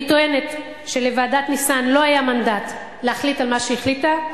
אני טוענת שלוועדת-ניסן לא היה מנדט להחליט מה שהיא החליטה,